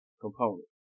component